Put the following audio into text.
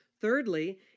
Thirdly